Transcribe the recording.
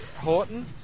Horton